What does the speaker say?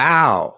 Wow